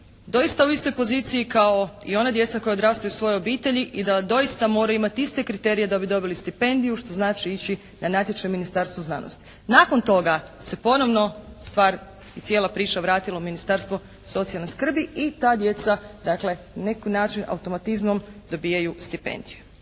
doista u istoj poziciji kao i ona djeca koja odrastaju u svojoj obitelji i doista moraju imati iste kriterije da bi dobili stipendiju što znači ići na natječaj Ministarstva znanosti. Nakon toga se ponovno stvar i cijela priča vratila u Ministarstvo socijalne skrbi i ta djeca dakle na neki način automatizmom dobijaju stipendiju.